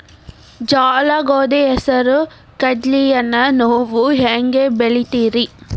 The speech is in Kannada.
ಜೋಳ, ಗೋಧಿ, ಹೆಸರು, ಕಡ್ಲಿಯನ್ನ ನೇವು ಹೆಂಗ್ ಬೆಳಿತಿರಿ?